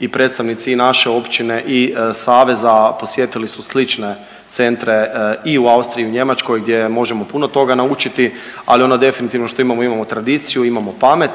i predstavnici i naše općine i saveza posjetili su slične centre i u Austriji i u Njemačkoj gdje možemo puno toga naučiti, ali ono definitivno što imamo, imamo tradiciju, imamo pamet